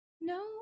No